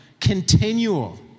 Continual